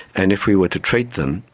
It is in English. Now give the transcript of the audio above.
and if we were to treat them,